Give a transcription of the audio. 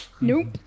Nope